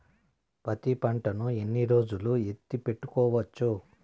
పత్తి పంటను ఎన్ని రోజులు ఎత్తి పెట్టుకోవచ్చు?